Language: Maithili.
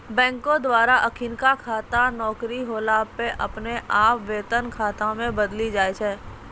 बैंको द्वारा अखिनका खाता नौकरी होला पे अपने आप वेतन खाता मे बदली जाय छै